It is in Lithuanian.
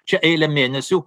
čia eilę mėnesių